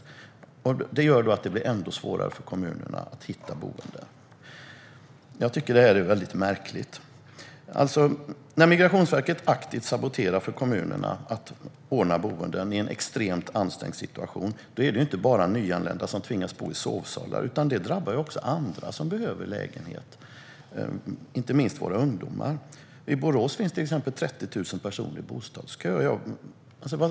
Det gör att det blir ännu svårare för kommunerna att hitta boenden. Jag tycker att det här är väldigt märkligt. När Migrationsverket aktivt saboterar för kommunerna att ordna boenden i en extremt ansträngd situation, där nyanlända tvingas att bo i sovsalar, drabbar det också andra som behöver lägenheter, inte minst våra ungdomar. I exempelvis Borås finns det 30 000 personer i bostadskö.